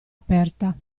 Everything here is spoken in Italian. aperta